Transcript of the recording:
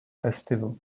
festival